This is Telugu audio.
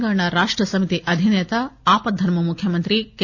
తెలంగాణ రాష్ట సమితి అధిసేత ఆపద్దర్మ ముఖ్యమంత్రి కె